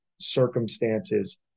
circumstances